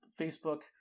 Facebook